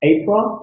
April